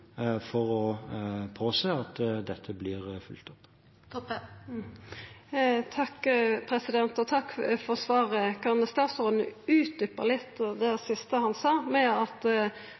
for å påse at dette blir fulgt opp. Takk for svaret. Kan statsråden utdjupa litt det siste han sa, med at